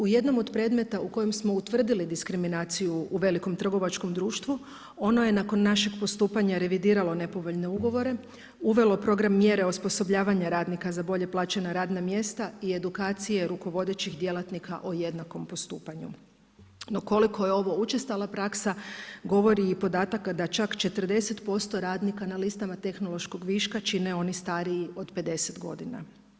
U jednom od predmeta u kojem smo utvrdili diskriminaciju u velikom trgovačkog društvu, ono je nakon našeg postupanja revidiralo nepovoljne ugovore, uvelo program mjere osposobljavanja radnika za bolje plaćena radna mjesta i edukacije rukovodećih djelatnika o jednakom postupanju, no koliko je ovo učestala praksa, govori i podatak da čak 40% radnika na listama tehnološkog viša čine oni stariji od 50 godina.